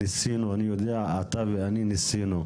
אני יודע שאני ואתה ניסינו,